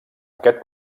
aquest